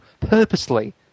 purposely